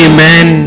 Amen